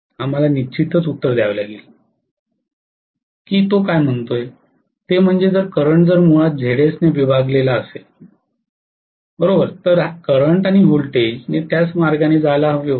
आम्हाला निश्चितच उत्तर द्यावे लागेल की तो काय म्हणत आहे ते म्हणजे जर करंट जर मुळात Zs ने विभागलेला असेल तर करंट आणि व्होल्टेज ने त्याच मार्गाने जायला हवे होते